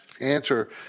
answer